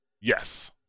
Yes